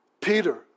Peter